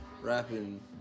rapping